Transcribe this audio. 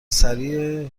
سریع